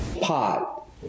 pot